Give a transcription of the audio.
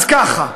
אז ככה,